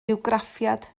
bywgraffiad